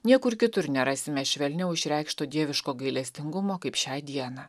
niekur kitur nerasime švelniau išreikšto dieviško gailestingumo kaip šią dieną